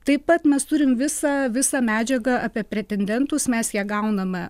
taip pat mes turim visą visą medžiagą apie pretendentus mes ją gauname